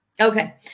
Okay